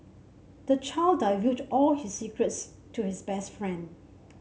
the child divulged all his secrets to his best friend